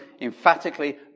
emphatically